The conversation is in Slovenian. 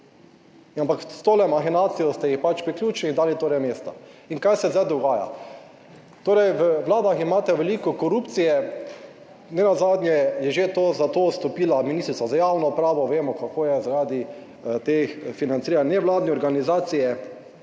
ampak s to mahinacijo ste jih pač priključili, dali torej mesta. In kaj se zdaj dogaja? Torej v vladah imate veliko korupcije, nenazadnje je že to zato odstopila ministrica za javno upravo, vemo, kako je zaradi teh financiranj nevladne organizacije,